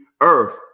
earth